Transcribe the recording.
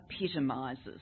epitomises